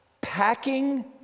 packing